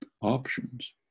options